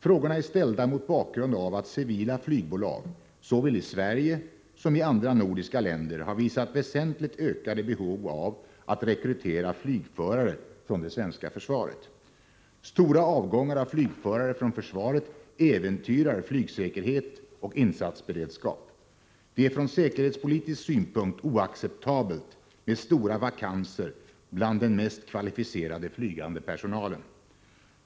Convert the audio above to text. Frågorna är ställda mot bakgrund av att civila flygbolag, såväl i Sverige som i andra nordiska länder, har visat väsentligt ökade behov av att rekrytera flygförare från det svenska försvaret. Stora avgångar av flygförare från försvaret äventyrar flygsäkerhet och insatsberedskap. Det är från säkerhetspolitisk synpunkt oacceptabelt med stora vakanser bland den mest kvalificerade flygande personalen.